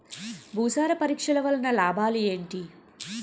భూసార పరీక్ష వలన లాభాలు ఏంటి?